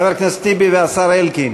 חבר הכנסת טיבי והשר אלקין.